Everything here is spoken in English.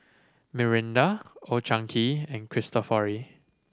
Mirinda Old Chang Kee and Cristofori